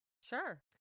Sure